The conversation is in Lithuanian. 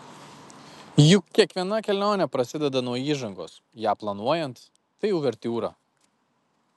juk kiekviena kelionė prasideda nuo įžangos ją planuojant tai uvertiūra